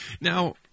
Now